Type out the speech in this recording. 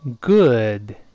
good